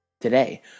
Today